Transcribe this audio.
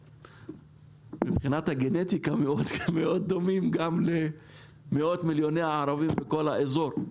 מבחינת הגנטיקה מאוד דומים גם למאות מיליוני ערבים בכל האזור.